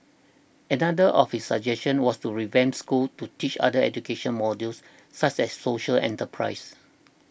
another of his suggestion was to revamp schools to teach other education models such as social enterprise